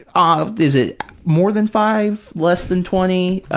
ah ah is it more than five, less than twenty,